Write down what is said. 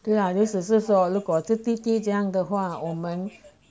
对啊意识是说如果是弟弟这样的话我们